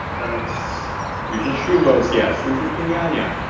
yes regent hsu votes yes. regent kenyanya?